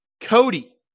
Cody